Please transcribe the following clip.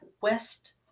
West